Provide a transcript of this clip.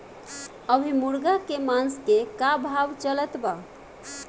अभी मुर्गा के मांस के का भाव चलत बा?